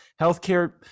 healthcare